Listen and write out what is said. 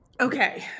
Okay